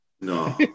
No